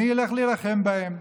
אני אלך להילחם בהם,